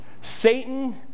Satan